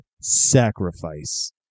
sacrifice